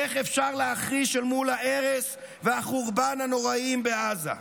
איך אפשר להחריש אל מול ההרס והחורבן הנוראיים בעזה?